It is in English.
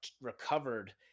recovered